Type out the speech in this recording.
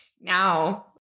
now